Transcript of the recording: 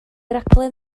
raglen